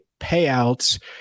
payouts